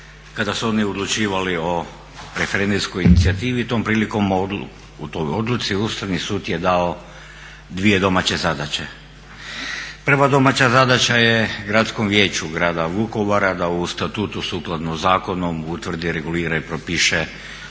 kada su oni odlučivali o referendumskoj inicijativi i tom prilikom, o toj odluci, Ustavni sud je dao dvije domaće zadaće. Prva domaća zadaća je Gradskom vijeću grada Vukovara da u statutu sukladno zakonom, utvrdi, regulira i propiše